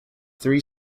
three